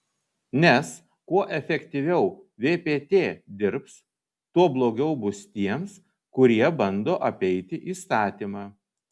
nes kuo efektyviau vpt dirbs tuo blogiau bus tiems kurie bando apeiti įstatymą